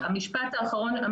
המשפט האחרון.